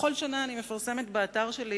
בכל שנה אני מפרסמת באתר שלי,